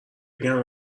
بگن